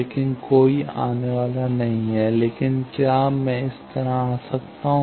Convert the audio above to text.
लेकिन कोई आने वाला नहीं है लेकिन क्या मैं इस तरह आ सकता हूं